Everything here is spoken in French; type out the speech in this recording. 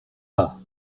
pas